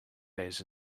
days